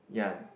ya